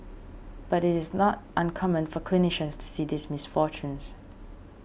but it is not uncommon for clinicians to see these misfortunes